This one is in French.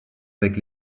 avec